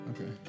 Okay